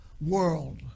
World